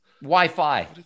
Wi-Fi